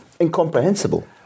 incomprehensible